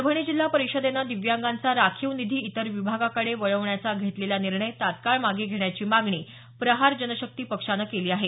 परभणी जिल्हा परिषदेनं दिव्यांगांचा राखीव निधी इतर विभागाकडे वळवण्याचा घेतलेला निर्णय तत्काळ मागे घेण्याची मागणी प्रहार जनशक्ती पक्षानं केली आहे